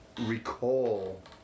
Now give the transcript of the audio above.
recall